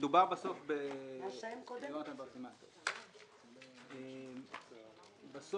יש